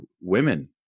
women